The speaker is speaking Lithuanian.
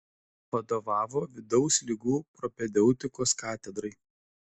vadovavo vidaus ligų propedeutikos katedrai